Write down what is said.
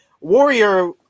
Warrior